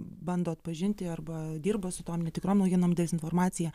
bando atpažinti arba dirba su tom netikrom naujienom dezinformacija